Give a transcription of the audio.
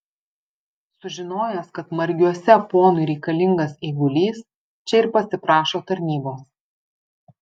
sužinojęs kad margiuose ponui reikalingas eigulys čia ir pasiprašo tarnybos